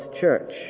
church